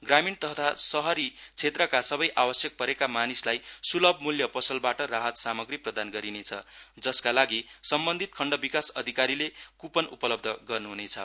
ग्रामीण तथा शहरी क्षेत्रका सबै आवश्यक परेका मानिसलाई स्लभ मूल्य पसलबाट राहत सामाग्री प्रदान गरिनेछ जसका लागि सम्बन्धित खण्ड विकास अधिकारीले कुपन उपलब्ध गर्नुह्नेछ